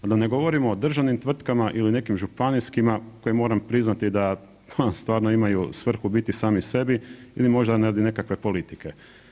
A da ne govorimo o državnim tvrtkama ili nekim županijskima koje moram priznati da stvarno imaju svrhu biti sami sebi ili možda radi nekakve politike.